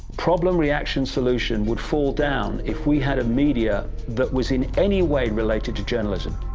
problem, reaction, solution would fall down if we had a media that was in any way related to journalism.